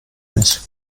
mich